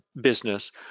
business